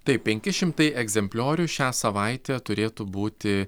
taip penki šimtai egzempliorių šią savaitę turėtų būti